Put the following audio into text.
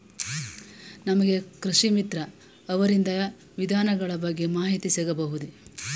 ನಮಗೆ ಕೃಷಿ ಮಿತ್ರ ಅವರಿಂದ ವಿಧಾನಗಳ ಬಗ್ಗೆ ಮಾಹಿತಿ ಸಿಗಬಹುದೇ?